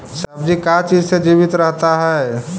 सब्जी का चीज से जीवित रहता है?